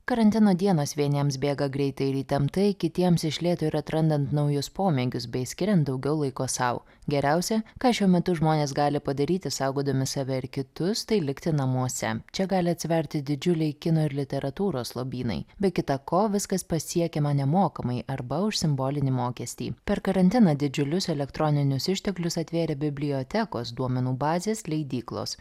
karantino dienos vieniems bėga greitai ir įtemptai kitiems iš lėto ir atrandant naujus pomėgius bei skiriant daugiau laiko sau geriausia ką šiuo metu žmonės gali padaryti saugodami save ir kitus tai likti namuose čia gali atsiverti didžiuliai kino ir literatūros lobynai be kita ko viskas pasiekiama nemokamai arba už simbolinį mokestį per karantiną didžiulius elektroninius išteklius atvėrė bibliotekos duomenų bazės leidyklos